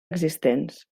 existents